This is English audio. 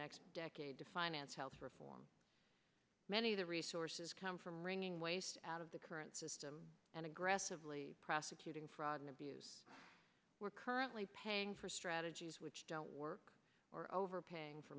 next decade to finance health reform many of the resources come from wringing waste out of the current system and aggressively prosecuting fraud and abuse we're currently paying for strategies which don't work or overpaying for